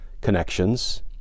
connections